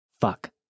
Fuck